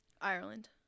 Ireland